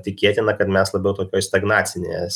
tikėtina kad mes labiau tokioj stagnacinėje